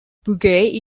bugey